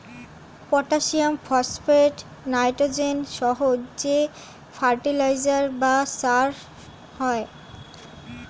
potassium, phosphate, nitrogen সহ যে fertiliser বা সার হয়